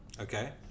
okay